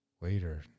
later